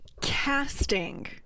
casting